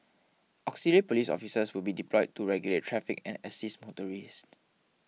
auxiliary police officers will be deployed to regulate traffic and assist motorists